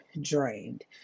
drained